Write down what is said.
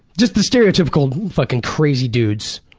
just the stereotypical fucking crazy dudes,